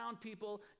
people